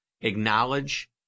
acknowledge